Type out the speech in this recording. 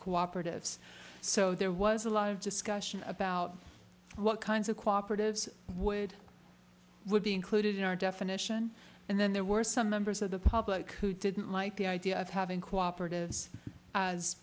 cooperatives so there was a lot of discussion about what kinds of cooperated would be included in our definition and then there were some members of the public who didn't like the idea of having cooperative as